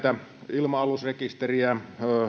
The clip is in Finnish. ilma alusrekisteriä